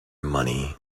money